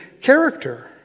character